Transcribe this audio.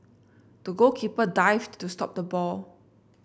the goalkeeper dived to stop the ball